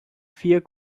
vier